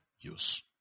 use